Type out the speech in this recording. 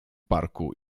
parku